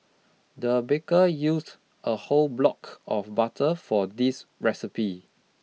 the baker used a whole block of butter for this recipe